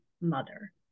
mother